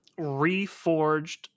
reforged